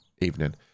evening